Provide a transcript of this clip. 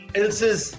else's